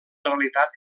realitat